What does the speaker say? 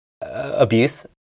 abuse